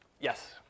Yes